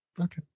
okay